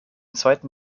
zweiten